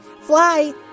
fly